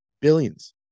Billions